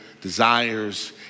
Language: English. desires